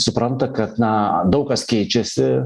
supranta kad na daug kas keičiasi